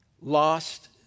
lost